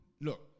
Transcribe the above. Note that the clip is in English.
Look